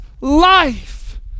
life